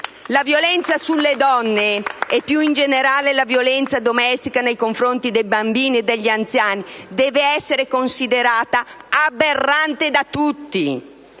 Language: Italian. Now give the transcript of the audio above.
La violenza sulle donne - e più in generale la violenza domestica nei confronti dei bambini e degli anziani - deve essere considerata aberrante da tutti,